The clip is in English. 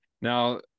Now